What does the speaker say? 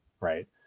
right